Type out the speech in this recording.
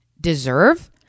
deserve